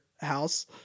house